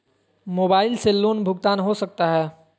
Mobile से loan भुगतान हो सकता है?